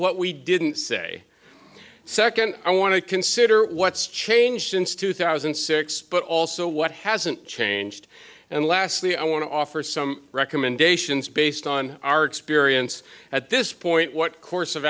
what we didn't say second i want to consider what's changed since two thousand and six but also what hasn't changed and lastly i want to offer some recommendations based on our experience at this point what course of